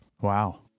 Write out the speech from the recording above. Wow